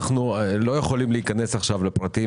אנחנו לא יכולים להיכנס עכשיו לפרטים